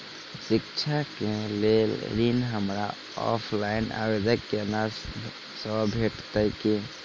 शिक्षा केँ लेल ऋण, हमरा ऑफलाइन आवेदन कैला सँ भेटतय की?